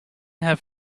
have